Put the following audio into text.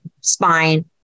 spine